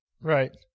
Right